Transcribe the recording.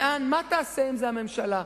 מה תעשה עם זה הממשלה?